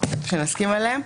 שנסכים עליהם,